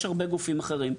יש הרבה גופים אחרים.